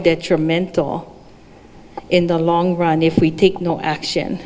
detrimental in the long run if we take no action